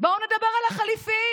בואו נדבר על החליפי,